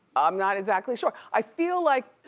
i'm not exactly sure. i feel like